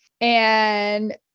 And-